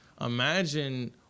Imagine